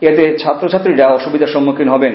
এতে ছাত্র ছাত্রীরা অসুবিধার সম্মুখীন হবেন